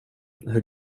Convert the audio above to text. hur